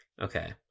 Okay